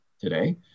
today